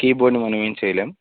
కీబోర్డ్ను మనమేమి చేయలేం